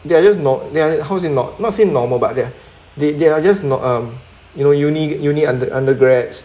they are just no then how to say no not say normal but they're they they are just um you know uni uni under undergrads